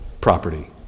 property